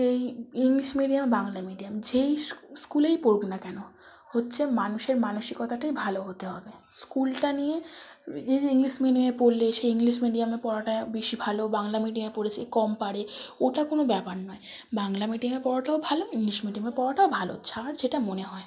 এই English medium Bangla medium যেই স্কুলেই পড়ুক না কেন হচ্ছে মানুষের মানসিকতাটাই ভালো হতে হবে স্কুলটা নিয়ে যে ইংলিশ মিডিয়ামে পড়লে সেই ইংলিশ মিডিয়ামে পড়াটা বেশি ভালো বাংলা মিডিয়ামে পড়েছে কম পারে ওটা কোনো ব্যাপার নয় বাংলা মিডিয়ামে পড়াটাও ভালো ইংলিশ মিডিয়ামে পড়াটাও ভালো যার যেটা মনে হয়